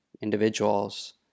individuals